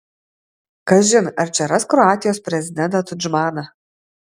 kažin ar čia ras kroatijos prezidentą tudžmaną